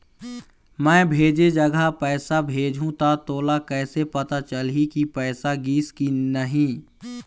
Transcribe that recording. मैं भेजे जगह पैसा भेजहूं त मोला कैसे पता चलही की पैसा गिस कि नहीं?